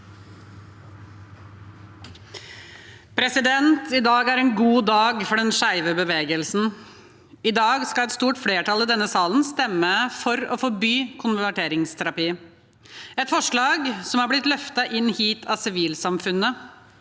I dag er en god dag for den skeive bevegelsen. I dag skal et stort flertall i denne salen stemme for å forby konverteringsterapi. Det er et forslag som har blitt løftet inn hit av sivilsamfunnet.